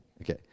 Okay